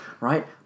right